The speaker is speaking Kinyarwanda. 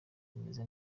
bimeze